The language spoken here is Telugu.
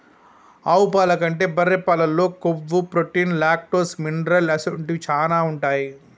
ఆవు పాల కంటే బర్రె పాలల్లో కొవ్వు, ప్రోటీన్, లాక్టోస్, మినరల్ అసొంటివి శానా ఉంటాయి